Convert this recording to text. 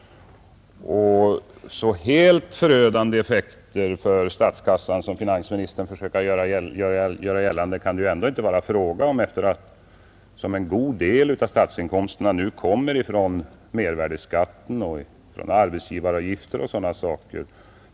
En så helt förödande effekt för statskassan som finansministern försöker göra gällande kan det väl inte heller ha, eftersom en god del av statsinkomsterna nu kommer från mervärdeskatten, från arbetsgivaravgifter och sådana saker.